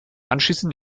anschließend